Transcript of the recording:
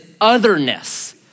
otherness